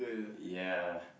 ya